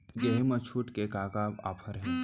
गेहूँ मा छूट के का का ऑफ़र हे?